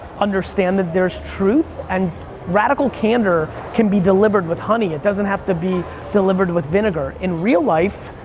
understand that there's truth, and radical candor can be delivered with honey, it doesn't have to be delivered with vinegar. in real life,